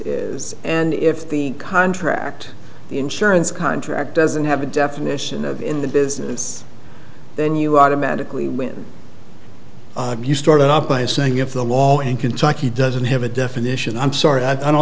is and if the contract insurance contract doesn't have a definition in the business then you automatically you started off by saying if the law in kentucky doesn't have a definition i'm sorry i don't